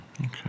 Okay